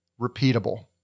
repeatable